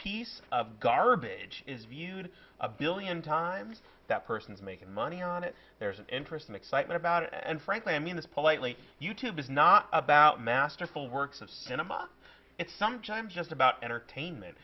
piece of garbage is viewed a billion times that person is making money on it there's an interest in excitement about it and frankly i mean this politely you tube is not about masterful works of cinema it's sometimes just about entertainment